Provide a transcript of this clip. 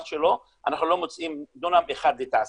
שלו אנחנו לא מוצאים דונם אחד לתעשייה.